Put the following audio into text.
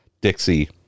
dixie